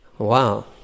Wow